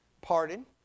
Pardon